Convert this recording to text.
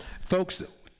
Folks